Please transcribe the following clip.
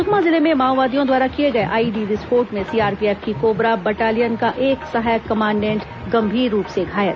सुकमा जिले में माओवादियों द्वारा किए गए आईईडी विस्फोट में सीआरपीएफ की कोबरा बटालियन का एक सहायक कमांडेंट गंभीर रूप से घायल